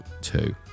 Two